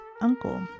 uncle